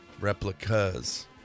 Replicas